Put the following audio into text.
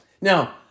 Now